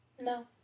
No